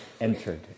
entered